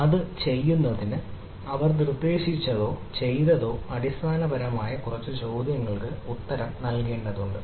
അത് ചെയ്യുന്നതിന് അവർ നിർദ്ദേശിച്ചതോ ചെയ്തതോ അടിസ്ഥാനപരമായി കുറച്ച് ചോദ്യങ്ങൾക്ക് ഉത്തരം നൽകേണ്ടതുണ്ട്